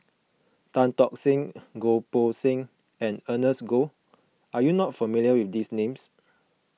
Tan Tock Seng Goh Poh Seng and Ernest Goh are you not familiar with these names